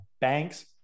banks